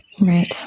right